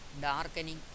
darkening